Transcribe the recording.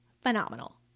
phenomenal